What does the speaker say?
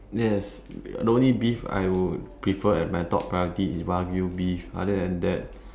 yes the only beef I would prefer at my top priority is wagyu-beef other than that